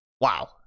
Wow